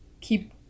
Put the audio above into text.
keep